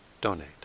donate